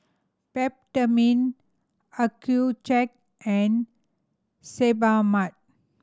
Peptamen Accucheck and Sebamed